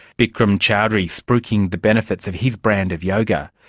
bikram choudhury spruiking the benefits of his brand of yoga.